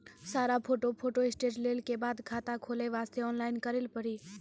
सारा photo photostat लेल के बाद खाता खोले वास्ते ऑनलाइन करिल पड़ी?